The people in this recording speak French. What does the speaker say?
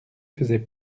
faisait